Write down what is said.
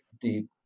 deep